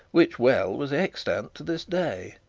which well was extant to this day,